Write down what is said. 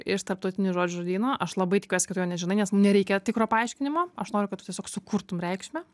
iš tarptautinių žodžių žodyno aš labai tikiuosi kad tu jo nežinai nes nereikia tikro paaiškinimo aš noriu kad tu tiesiog sukurtum reikšmę